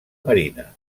marina